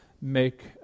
make